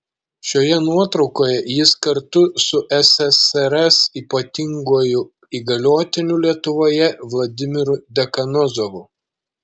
šioje nuotraukoje jis kartu su ssrs ypatinguoju įgaliotiniu lietuvoje vladimiru dekanozovu